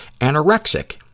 anorexic